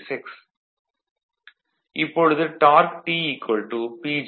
இப்பொழுது dark T PGωs